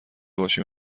باشیم